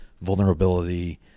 vulnerability